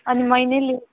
अनि मै नै